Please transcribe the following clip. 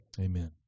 Amen